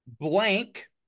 blank